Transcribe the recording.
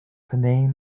penang